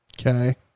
okay